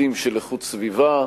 היבטים של איכות סביבה,